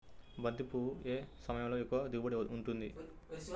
బంతి పువ్వు ఏ సమయంలో ఎక్కువ దిగుబడి ఉంటుంది?